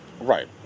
Right